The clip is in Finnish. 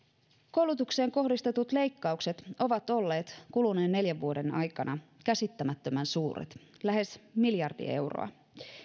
koulutukseen kohdistetut leikkaukset ovat olleet kuluneen neljän vuoden aikana käsittämättömän suuret lähes miljardi euroa